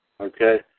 Okay